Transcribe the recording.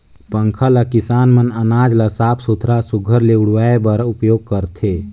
पंखा ल किसान मन अनाज ल साफ सुथरा सुग्घर ले उड़वाए बर उपियोग करथे